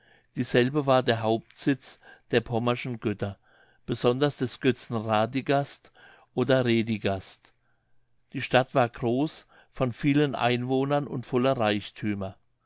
dieselbe war der hauptsitz der pommerschen götter besonders des götzen radigast oder redigast die stadt war groß von vielen einwohnern und voller reichthümer